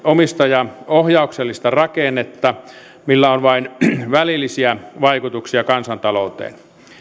omistajaohjauksellista rakennetta millä on vain välillisiä vaikutuksia kansantalouteen